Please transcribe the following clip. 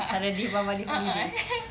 takde deepavali holiday